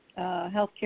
healthcare